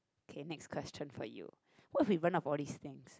okay next question for you what if we run out of all these things